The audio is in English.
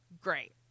Great